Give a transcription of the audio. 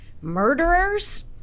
murderers